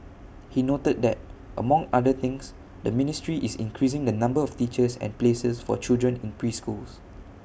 he noted that among other things the ministry is increasing the number of teachers and places for children in preschools